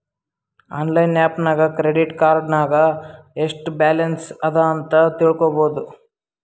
online app ನಾಗ್ credit card ನಾಗ್ ಎಸ್ಟ್ ಬ್ಯಾಲನ್ಸ್ ಅದಾ ಅಂತ್ ತಿಳ್ಕೊಬೋದು